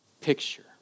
picture